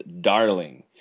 Darling